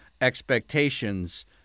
expectations